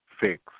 fix